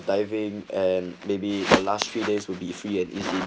diving and maybe the last few days will be free and easy